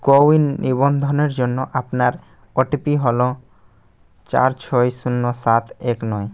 CoWIN নিবন্ধনের জন্য আপনার ওটিপি হলো চার ছয় শূন্য সাত এক নয়